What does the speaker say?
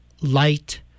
light